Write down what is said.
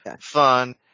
fun